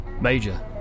Major